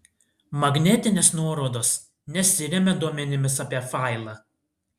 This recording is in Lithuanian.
magnetinės nuorodos nesiremia duomenimis apie failą